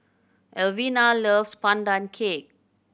Alvina loves Pandan Cake